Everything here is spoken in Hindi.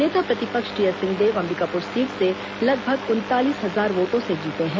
नेता प्रतिपक्ष टीएस सिंहदेव अंबिकापुर सीट से लगभग उनतालीस हजार वोटों से जीते हैं